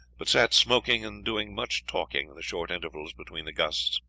but sat smoking and doing much talking in the short intervals between the gusts.